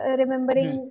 remembering